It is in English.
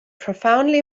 profoundly